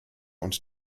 und